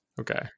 Okay